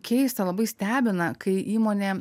keista labai stebina kai įmonė